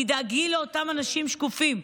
תדאגי לאותם אנשים שקופים.